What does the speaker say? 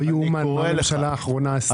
לא יאומן מה הממשלה האחרונה עשתה.